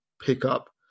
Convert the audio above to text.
pickup